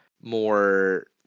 more